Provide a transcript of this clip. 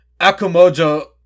akumajo